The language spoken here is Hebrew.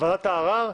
וועדת הערער,